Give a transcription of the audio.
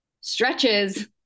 stretches